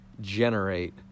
generate